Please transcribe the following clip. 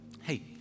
hey